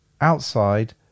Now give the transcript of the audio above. Outside